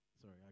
Sorry